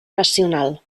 nacional